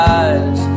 eyes